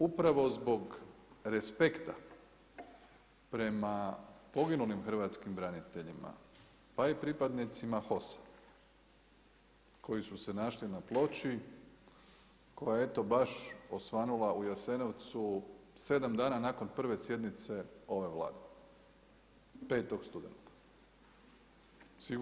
Upravo zbog respekta prema poginulim hrvatskim braniteljima, pa i pripadnicima HOS-a koji su se našli na ploči, pa eto baš osvanula u Jasenovcu 7 dana nakon prve sjednice ove Vlade, 5. studenog.